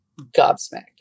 gobsmacked